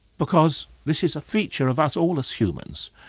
because this is a feature of us all as humans,